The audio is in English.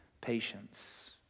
patience